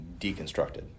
deconstructed